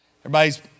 Everybody's